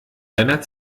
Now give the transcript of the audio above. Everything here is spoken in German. deiner